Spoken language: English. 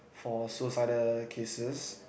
for suicidal cases